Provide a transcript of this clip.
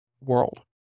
world